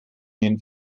nieren